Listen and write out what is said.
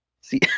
See